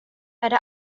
hade